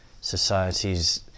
societies